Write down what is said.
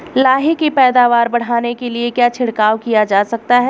लाही की पैदावार बढ़ाने के लिए क्या छिड़काव किया जा सकता है?